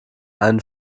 einen